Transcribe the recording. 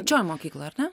pačioj mokykloj ar ne